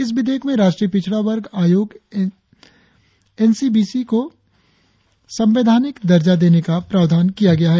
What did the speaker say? इस विधेयक में राष्ट्रीय पिछड़ा वर्ग आयोग एन सी बी सी को संवैधानिक दर्जा देने का प्रावधान किया गया है